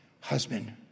husband